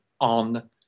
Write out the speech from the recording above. on